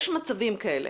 יש מצבים כאלה.